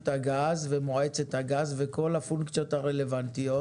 הגז ומועצת הגז וכל הפונקציות הרלוונטיות,